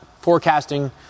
forecasting